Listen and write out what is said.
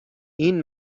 این